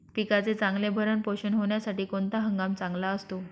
पिकाचे चांगले भरण पोषण होण्यासाठी कोणता हंगाम चांगला असतो?